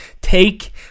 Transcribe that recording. take